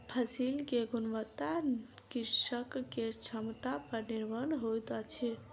फसिल के गुणवत्ता कृषक के क्षमता पर निर्भर होइत अछि